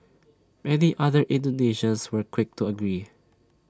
many other Indonesians were quick to agree